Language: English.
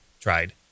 tried